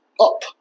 up